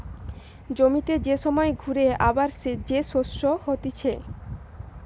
জমিতে যে সময় ঘুরে আবার যে শস্য হতিছে